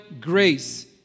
grace